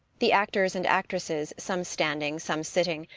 the actors and actresses, some standing, some sitting,